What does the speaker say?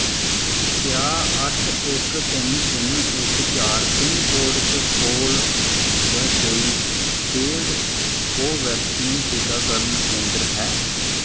क्या अट्ठ इक तिन तिन इक चार पिनकोड च कोल गै कोई पेड कोवैक्सीन टीकाकरण केंदर है